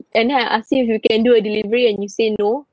and now I ask you if you can do a delivery and you say no